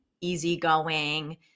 easygoing